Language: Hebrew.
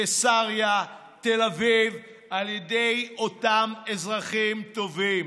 קיסריה, תל אביב, על ידי אותם אזרחים טובים.